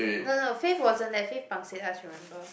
no no Faith wasn't there Faith pangseh us remember